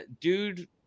dude